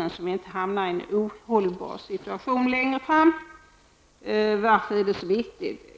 att vi inte hamnar i en ohållbar situation längre fram. Varför är det så viktigt?